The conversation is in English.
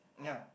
ya